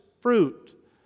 fruit